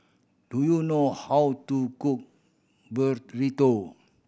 do you know how to cook Burrito